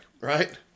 Right